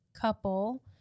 couple